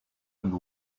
and